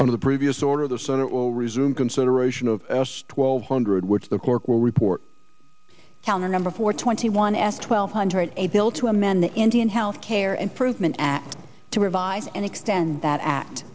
were of the previous order the senate will resume consideration of s twelve hundred which the court will report on the number four twenty one after twelve hundred a bill to amend the indian health care improvement act to revise and extend that a